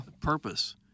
purpose